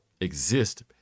exist